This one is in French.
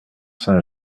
saint